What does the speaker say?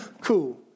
Cool